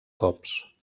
cops